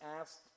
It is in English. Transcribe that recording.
asked